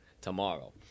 tomorrow